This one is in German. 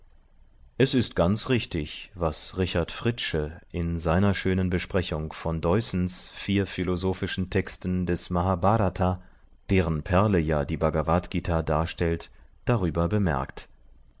es ist ganz richtig was richard fritzsche in seiner schönen besprechung von deussens vier philosophischen texten des mahbhrata deren perle ja die bhagavadgt darstellt darüber bemerkt